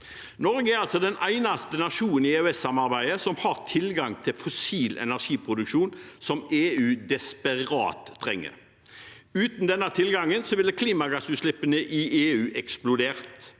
Norge er den eneste nasjonen i EØS-samarbeidet som har tilgang til fossil energiproduksjon, som EU desperat trenger. Uten denne tilgangen ville klimagassutslippene i EU eksplodert.